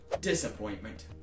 Disappointment